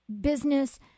business